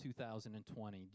2020